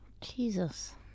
Jesus